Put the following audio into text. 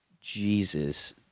Jesus